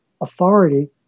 authority